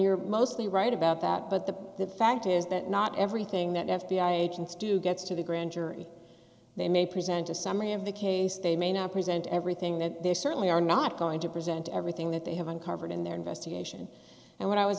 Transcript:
you're mostly right about that but the fact is that not everything that f b i agents do gets to the grand jury they may present a summary of the case they may not present everything that they certainly are not going to present everything that they have uncovered in their investigation and what i was